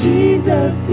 Jesus